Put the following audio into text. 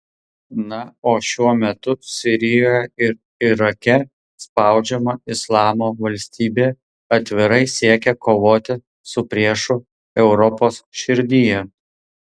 na o šiuo metu sirijoje ir irake spaudžiama islamo valstybė atvirai siekia kovoti su priešu europos širdyje